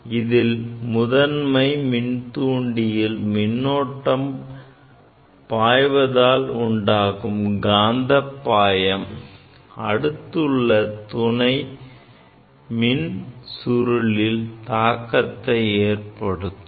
இதில் முதன்மை மின்தூண்டியில் மின்னோட்டம் பாய்வதால் உண்டாகும் காந்தப் பாயம் அடுத்துள்ள துணை மின்சுருளிலும் தாக்கத்தை ஏற்படுத்தும்